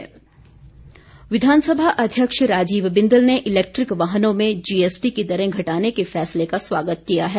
स्वागत विधानसभा अध्यक्ष राजीव बिंदल ने इलेक्ट्रिक वाहनों में जीएसटी की दरें घटाने के फैसले का स्वागत किया है